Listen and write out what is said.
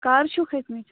کَر چھُو کھٔتۍمٕتۍ